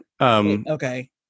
Okay